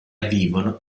vivono